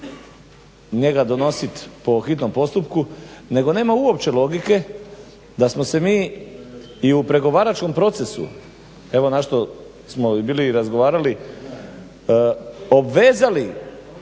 njega donositi po hitnom postupku nego nema uopće logike da smo se mi i u pregovaračkom procesu evo na što smo bili razgovarali obvezali